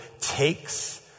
takes